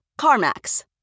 CarMax